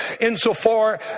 insofar